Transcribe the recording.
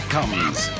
Comes